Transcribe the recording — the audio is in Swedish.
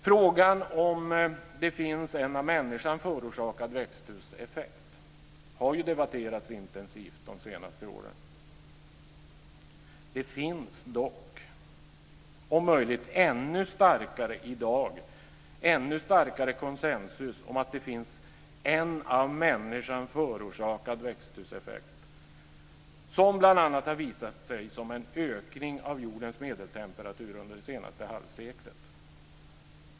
Frågan om det finns en av människan förorsakad växthuseffekt har debatterats intensivt de senaste åren. Det finns dock om möjligt i dag en ännu starkare konsensus om att det finns en av människan förorsakad växthuseffekt som bl.a. har visat sig som en ökning av jordens medeltemperatur under det senaste halvseklet.